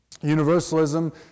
Universalism